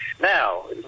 Now